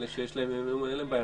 אלה שיש להם אמון, אין להם בעיה.